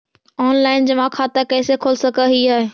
Online जमा खाता कैसे खोल सक हिय?